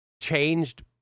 changed